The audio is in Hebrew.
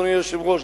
אדוני היושב-ראש,